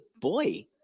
boy